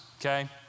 okay